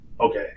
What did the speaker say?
Okay